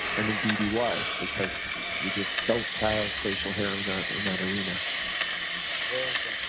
and indeed he was, because you just don't have facial hair in that in that arena very interesting.